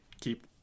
keep –